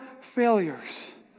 failures